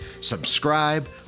subscribe